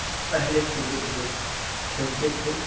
पहले के वृद्ध लोग खेलते थे